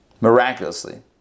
miraculously